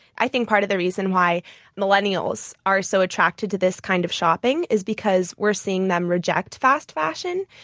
i think part of the reason why millennials are so attracted to this kind of shopping is because we're seeing them reject fast fashion.